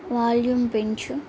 volume పెంచు